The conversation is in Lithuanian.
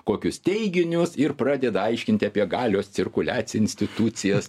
kokius teiginius ir pradeda aiškinti apie galios cirkuliacin institucijas